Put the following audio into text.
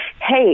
hey